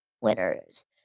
winners